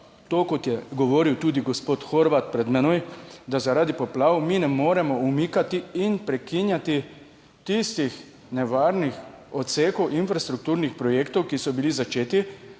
to kot je govoril tudi gospod Horvat pred menoj, da zaradi poplav mi ne moremo umikati in prekinjati tistih nevarnih odsekov infrastrukturnih projektov, ki so bili začeti